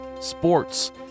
sports